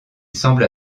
sembla